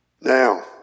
Now